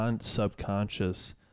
subconscious